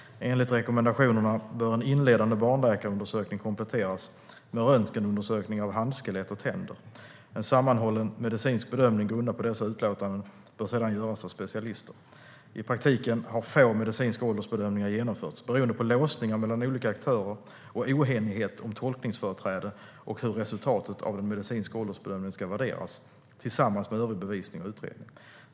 Enligt rekommendationerna bör en inledande barnläkarundersökning kompletteras med röntgenundersökningar av handskelett och tänder. En sammanhållen medicinsk bedömning grundad på dessa utlåtanden bör sedan göras av specialister. I praktiken har få medicinska åldersbedömningar genomförts beroende på låsningar mellan olika aktörer, oenighet om tolkningsföreträde och hur resultatet av den medicinska åldersbedömningen ska värderas tillsammans med övrig bevisning och utredning.